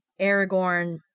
Aragorn